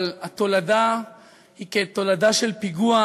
אבל התולדה היא תולדה של פיגוע,